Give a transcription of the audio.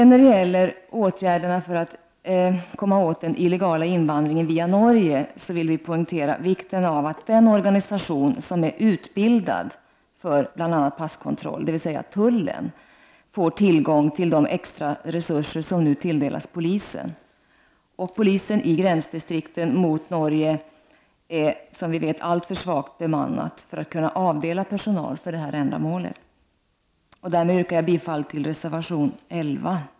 När det gäller åtgärder för att komma åt den illegala invandringen via Norge vill vi poängtera vikten av att den organisation som är utbildad för bl.a. passkontroll, dvs. tullen, får tillgång till de extra resurser som nu tilldelas polisen. Polisen i gränsdistrikten mot Norge är som vi vet alltför svagt bemannad för att kunna avdela personal för detta ändamål. Därmed yrkar jag bifall till reservation nr 11.